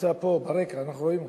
נמצא פה ברקע, אנחנו רואים אותו.